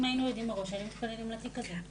אם היינו יודעים מראש היינו מתכוננים לתיק הזה.